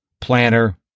planner